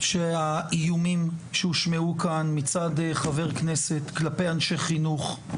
שהאיומים שהושמעו כאן מצד חבר הכנסת כלפי אנשי חינוך,